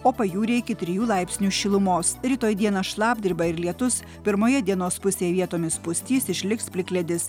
o pajūryje iki trijų laipsnių šilumos rytoj dieną šlapdriba ir lietus pirmoje dienos pusėj vietomis pustys išliks plikledis